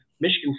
Michigan